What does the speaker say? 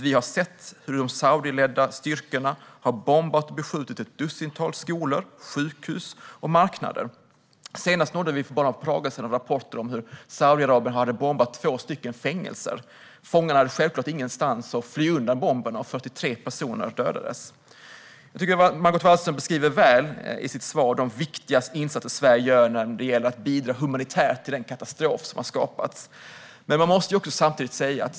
Vi har sett hur de Saudiledda styrkorna har bombat och beskjutit ett dussintal skolor, sjukhus och marknader. För bara ett par dagar sedan nåddes vi av rapporter om hur Saudiarabien hade bombat två fängelser. Fångarna hade självklart ingenstans att fly undan bomberna, och 43 personer dödades. I sitt svar ger Margot Wallström en god beskrivning av de viktiga insatser som Sverige gör för att bidra humanitärt i denna katastrof.